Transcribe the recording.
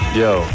yo